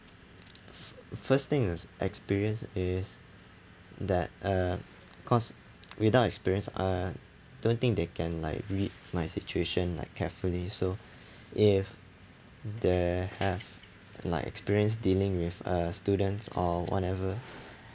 first thing is experience is that uh cause without experience I don't think they can like read my situation like carefully so if they have like experience dealing with uh students or whatever